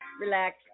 Relax